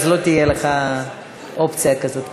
אז לא תהיה לך אופציה כזאת.